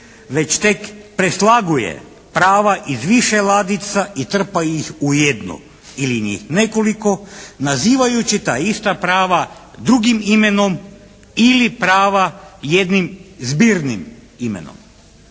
već tek preslaguje prava iz više ladica i trpa ih u jednu, ili njih nekoliko, nazivajući ta ista prava drugim imenom ili prava jednim zbirnim imenom.